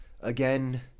Again